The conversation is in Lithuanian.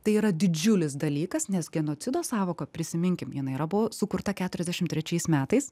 tai yra didžiulis dalykas nes genocido sąvoka prisiminkim jinai yra buvo sukurta keturiasdešim trečiais metais